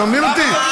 אתה מבין אותי?